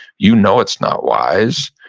you know it's not wise,